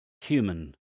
human